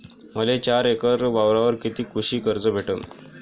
मले चार एकर वावरावर कितीक कृषी कर्ज भेटन?